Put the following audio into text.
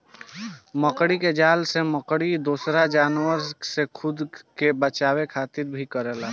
मकड़ी के जाल से मकड़ी दोसरा जानवर से खुद के बचावे खातिर भी करेले